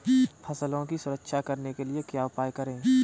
फसलों की सुरक्षा करने के लिए क्या उपाय करें?